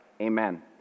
Amen